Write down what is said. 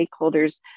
stakeholders